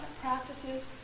practices